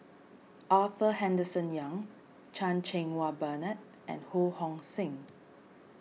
Arthur Henderson Young Chan Cheng Wah Bernard and Ho Hong Sing